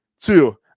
Two